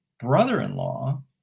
brother-in-law